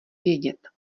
vědět